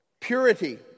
purity